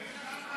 יריב,